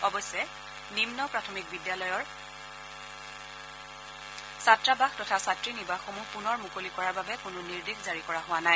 অৱশ্যে নিম্ন প্ৰাথমিক বিদ্যালয়ৰ ছাত্ৰাবাস তথা ছাত্ৰী নিবাসসমূহ পুনৰ মুকলি কৰাৰ বাবে কোনো নিৰ্দেশ জাৰি কৰা হোৱা নাই